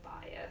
bias